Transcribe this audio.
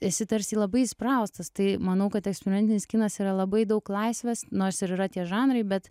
esi tarsi labai įspraustas tai manau kad eksperimentinis kinas yra labai daug laisvės nors ir yra tie žanrai bet